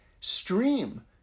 stream